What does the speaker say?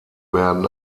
werden